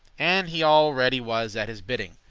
and he all ready was at his bidding,